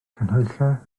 canhwyllau